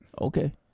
Okay